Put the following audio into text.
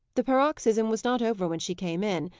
the paroxysm was not over when she came in.